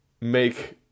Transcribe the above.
make